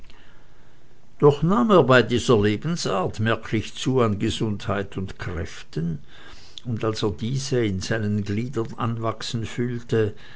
doch nahm er bei dieser lebensart merklich zu an gesundheit und kräften und als er diese in seinen gliedern anwachsen fühlte